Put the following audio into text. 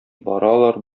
баралар